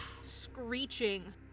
screeching